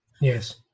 Yes